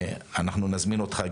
ואנחנו נזמין אותך,